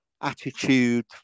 attitude